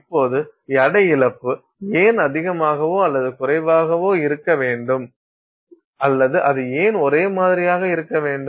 இப்போது எடை இழப்பு ஏன் அதிகமாகவோ அல்லது குறைவாகவோ இருக்க வேண்டும் அல்லது அது ஏன் ஒரே மாதிரியாக இருக்க வேண்டும்